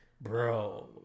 Bro